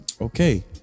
Okay